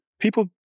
People